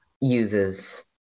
uses